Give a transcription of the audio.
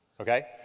Okay